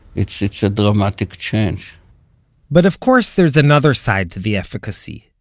it's it's a dramatic change but of course there is another side to the efficacy.